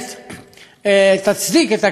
תצדיק את הקמת המפעל,